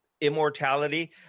immortality